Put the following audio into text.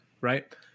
right